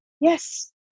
yes